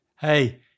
hey